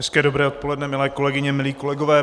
Hezké dobré odpoledne, milé kolegyně, milí kolegové.